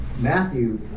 Matthew